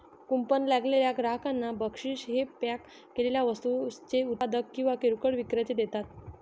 coupon लागलेल्या ग्राहकांना बक्षीस हे पॅक केलेल्या वस्तूंचे उत्पादक किंवा किरकोळ विक्रेते देतात